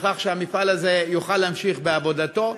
כדי שהמפעל הזה יוכל להמשיך בעבודתו.